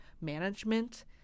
management